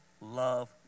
love